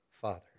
Father